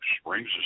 springs